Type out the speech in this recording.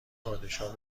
پادشاه